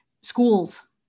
schools